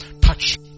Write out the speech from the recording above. touch